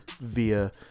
via